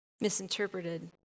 misinterpreted